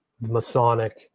Masonic